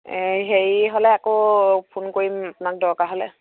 হেৰি হ'লে আকৌ ফোন কৰিম আপোনাক দৰকাৰ হ'লে